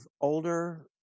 older